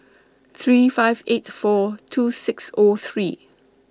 three five eight four two six O three